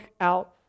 out